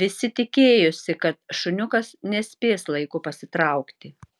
visi tikėjosi kad šuniukas nespės laiku pasitraukti